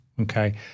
okay